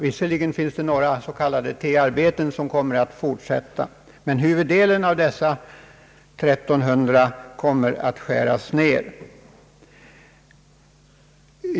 Visserligen kommer några s.k. T-arbeten att fortsätta men huvuddelen av arbetena kommer att skäras ned.